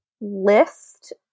list